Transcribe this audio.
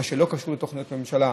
מה שלא קשור לתוכניות ממשלה.